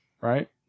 Right